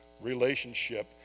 relationship